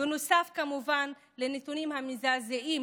בנוסף, כמובן, הנתונים המזעזעים